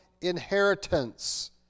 inheritance